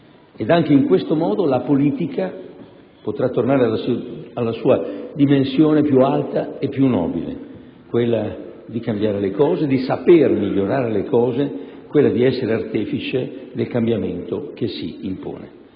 Anche in questo modo la politica potrà tornare alla sua dimensione più alta e più nobile, quella di cambiare le cose, di saper migliorare le cose; quella di essere artefice del cambiamento che si impone.